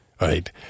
right